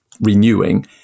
renewing